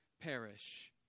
perish